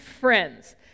friends